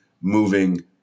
moving